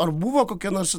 ar buvo kokia nors